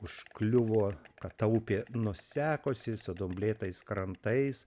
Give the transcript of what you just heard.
užkliuvo kad ta upė nusekusi su dumblėtais krantais